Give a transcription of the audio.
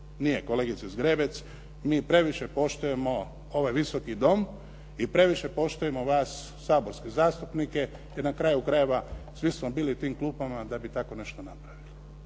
Nije kolegice Zgrebec, mi previše poštujemo ovaj Visoki dom i previše poštujemo vas saborske zastupnike jer na kraju krajeva svi smo bili u tim klupama da bi tako nešto napravili.